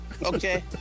Okay